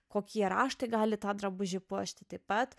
kokie raštai gali tą drabužį puošti taip pat